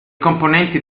componenti